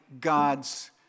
God's